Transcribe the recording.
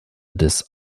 des